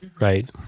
right